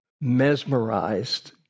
mesmerized